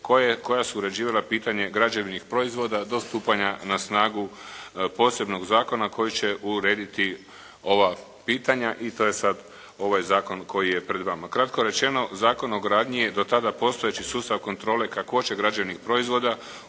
koja su uređivala pitanje građevnih proizvoda do stupanja na snagu posebnog zakona koji će urediti ova pitanja i to je sad ovaj zakon koji je pred vama. Kratko rečeno Zakon o gradnji je do tada postojeći sustav kontrole kakvoće građevnih proizvoda u